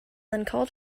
uncalled